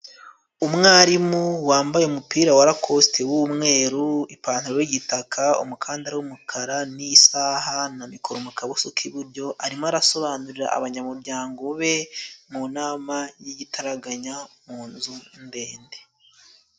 umwarimu wambaye umupira wa lakosite w'umweru ,ipantaro y'igitaka, umukandara w'umukara n'isaha na mikoro mu kaboko k'iburyo. Arimo arasobanurira abanyamuryango be mu nama y'igitaraganya mu nzu ndende.